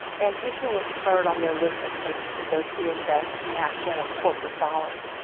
and houston was third on their list of places to go to invest national or corporate dollars.